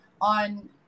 on